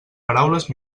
paraules